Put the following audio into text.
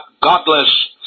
godless